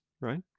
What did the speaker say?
right